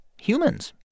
humans